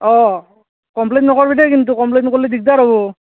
অঁ কমপ্লেইন নকৰবি দেই কিন্তু কমপ্লেইন কৰলি দিগদাৰ হ'ব